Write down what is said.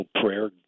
prayer